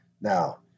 Now